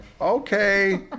okay